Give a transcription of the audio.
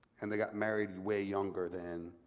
and they got married way younger then.